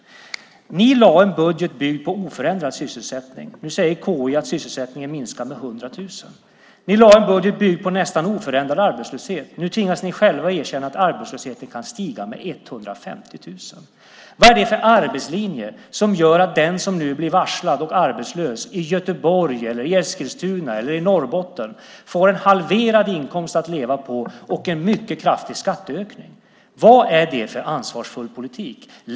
Ni lade fram en budget byggd på en oförändrad sysselsättning. Nu säger Konjunkturinstitutet att sysselsättningen minskar med 100 000. Ni lade fram en budget byggd på en nästan oförändrad arbetslöshet. Nu tvingas ni själva erkänna att arbetslösheten kan stiga med 150 000. Vad är det för arbetslinje när den som nu blir varslad och arbetslös i Göteborg, i Eskilstuna eller i Norrbotten får en halverad inkomst att leva på och en mycket kraftig skatteökning? Vad är det för ansvarsfull politik?